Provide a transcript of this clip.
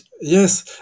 Yes